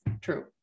true